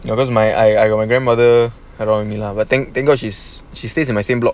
you know because my I got my grandmother hang around with me lah but thank thank god she's she stays in my same block